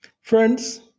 Friends